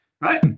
Right